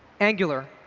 angular.